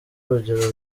urugero